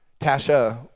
Tasha